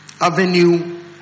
avenue